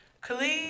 Khalid